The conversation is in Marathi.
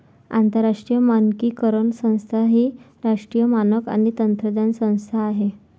आंतरराष्ट्रीय मानकीकरण संस्था ही राष्ट्रीय मानक आणि तंत्रज्ञान संस्था आहे